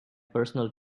personal